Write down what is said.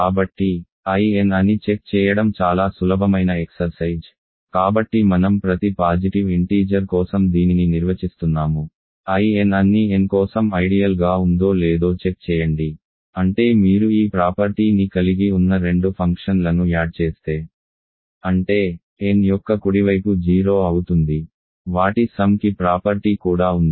కాబట్టి In అని check చేయడం చాలా సులభమైన ఎక్సర్సైజ్ కాబట్టి మనం ప్రతి పాజిటివ్ ఇంటీజర్ కోసం దీనిని నిర్వచిస్తున్నాము in అన్ని n కోసం ఐడియల్ గా ఉందో లేదో చెక్ చేయండి అంటే మీరు ఈ ప్రాపర్టీ ని కలిగి ఉన్న రెండు ఫంక్షన్లను యాడ్ చేస్తే అంటే n యొక్క కుడివైపు 0 అవుతుంది వాటి సమ్ కి ప్రాపర్టీ కూడా ఉంది